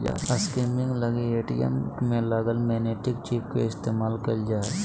skimming लगी ATM में लगल मैग्नेटिक चिप के इस्तेमाल कइल जा हइ